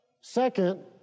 Second